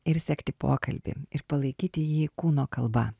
ir sekti pokalbį ir palaikyti jį kūno kalba